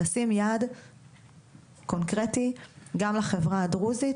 לשים יעד קונקרטי גם לחברה הדרוזית.